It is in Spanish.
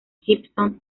gibson